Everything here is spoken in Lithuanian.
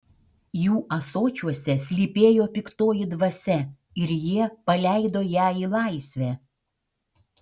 jų ąsočiuose slypėjo piktoji dvasia ir jie paleido ją į laisvę